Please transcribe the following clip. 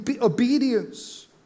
obedience